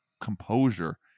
composure